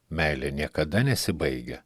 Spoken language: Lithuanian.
meilė niekada nesibaigia